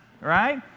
right